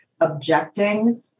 objecting